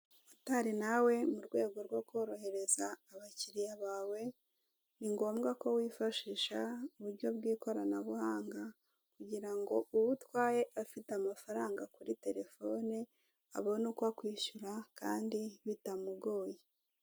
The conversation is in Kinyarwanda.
Motari nawe mu rwego rwo korohereza abakiriya bawe, ni ngombwa ko wifashisha uburyo bw'ikoranabuhanga; kugira ngo uwo utwaye afite amafaranga kuri terefone abone uko akwishyura kandi bitamugoye